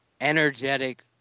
energetic